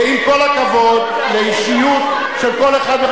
ועם כל הכבוד לאישיות של כל אחד,